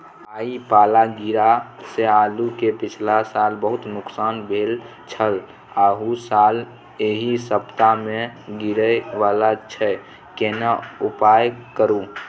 भाई पाला गिरा से आलू के पिछला साल बहुत नुकसान भेल छल अहू साल एहि सप्ताह में गिरे वाला छैय केना उपाय करू?